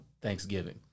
Thanksgiving